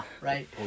right